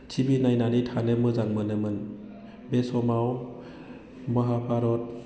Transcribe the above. T भि नायनानै थानो मोजां मोनोमोन बे समाव महाभारत